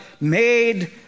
made